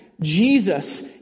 jesus